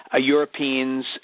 Europeans